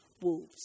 wolves